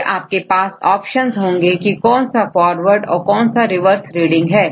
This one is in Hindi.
फिर आपके पास ऑप्शंस होंगे की कौन सा फॉरवर्ड और कौन सा रिवर्स रीडिंग है